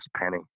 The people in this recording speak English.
penny